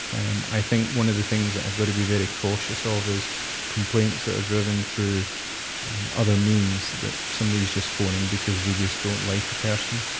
i think one of the things i've got to be very cautious of is complaints that are driven through other means that somebody's just phoning because they just don't like a person,